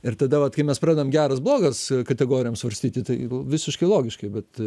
ir tada vat kai mes padedam geras blogas kategorijom svarstyti tai visiškai logiškai bet